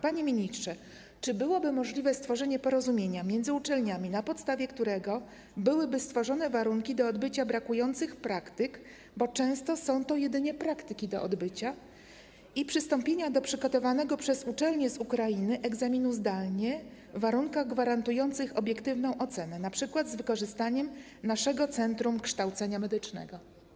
Panie ministrze, czy byłoby możliwe stworzenie porozumienia między uczelniami, na postawie którego byłyby stworzone warunki do odbycia brakujących praktyk - bo często są to jedynie praktyki do odbycia - i przystąpienia do egzaminu przygotowanego przez uczelnię z Ukrainy zdalnie, w warunkach gwarantujących obiektywną ocenę, np. z wykorzystaniem naszego centrum kształcenia medycznego?